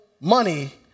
money